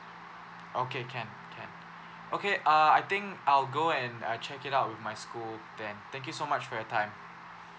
okay can can okay uh I think I'll go and I'll check it out with my school then thank you so much for your time